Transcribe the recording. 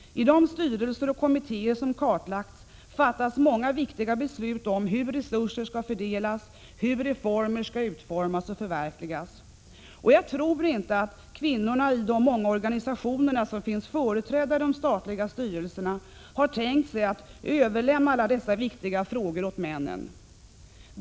I de styrelser och kommittéer som kartlagts fattas många viktiga beslut om hur resurser skall fördelas och om hur reformer skall utformas och förverkligas. Jag tror inte att kvinnorna i de många organisationer som finns företrädda i de statliga styrelserna har tänkt sig att överlämna alla dessa viktiga frågor åt männen.